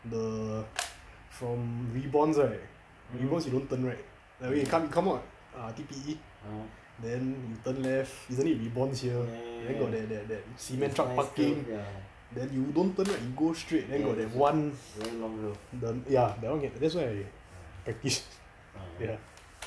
the from reborn right reborn you don't turn right when you come out err T_P_E then you turn left isn't it reborn here then got that that cement truck parking then you don't turn right you go straight then got that [one] the ya that [one] can that's why practise ya